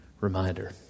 reminder